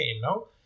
no